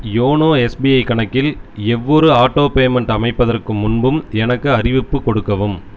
YONO SBI கணக்கில் எவ்வொரு auto payment அமைப்பதற்கு முன்பும் எனக்கு அறிவிப்புக் கொடுக்கவும்